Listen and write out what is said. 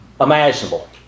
imaginable